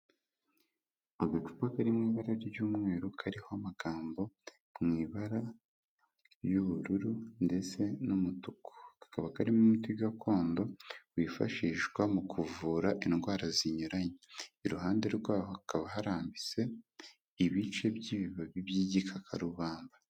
Agacupa kari mu ibara ry'umweru kariho amagambo mu ibara ry'ubururu ndetse n'umutuku. Kakaba karimo imiti gakondo yifashishwa mu kuvura indwara zinyuranye. Iruhande rwaho, hakaba harambitse ibice by'ibibabi by'igikakarubamba.